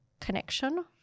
connection